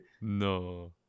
No